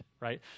right